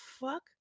fuck